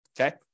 Okay